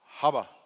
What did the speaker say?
Haba